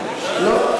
לא.